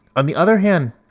on the other hand,